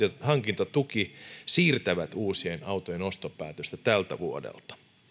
hankintatuki siirtävät uusien autojen ostopäätöksiä tältä vuodelta